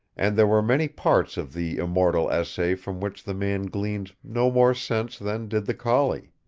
and there were many parts of the immortal essay from which the man gleaned no more sense than did the collie.